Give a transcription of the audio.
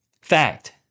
Fact